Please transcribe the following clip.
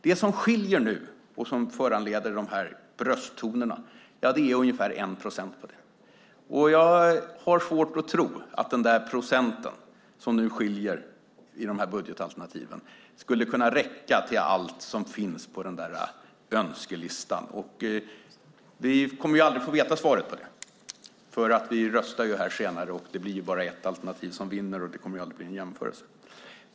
Det som skiljer i budgetalternativen och som nu föranleder brösttoner är ungefär 1 procent av det. Jag har svårt att tro att den procent som skiljer i budgetalternativen skulle räcka till allt som finns på önskelistan. Vi får aldrig veta svaret på det. Vi kommer att rösta här senare och det blir bara ett alternativ som vinner så det blir aldrig någon jämförelse.